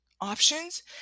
options